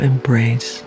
embrace